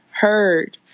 heard